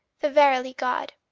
the verily good.